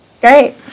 great